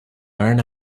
learn